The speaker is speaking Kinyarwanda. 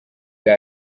bwa